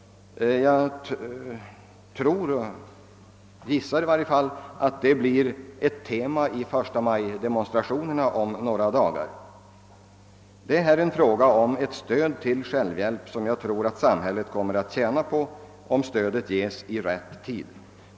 Jag gissar att detta kommer att bli ett tema i förstamajdemonstrationerna om några dagar. Det är i detta sammanhang fråga om ett stöd för självhjälp, vilket jag tror att samhället kommer att tjäna på om det ges i rätt tid.